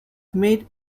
made